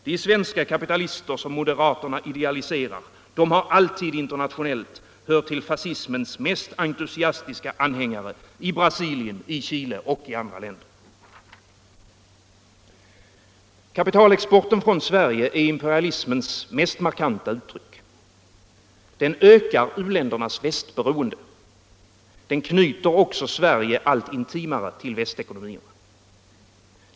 De svenska kapitalister som moderaterna idealiserar haralltid internationellt hört till fascismens mest entusiastiska anhängare - i Brasilien, i Chile och i andra länder. Kapitalexporten från Sverige är imperialismens mest markanta uttryck. Den ökar u-ländernas västberoende, den knyter också Sverige allt intimare till västekonomierna.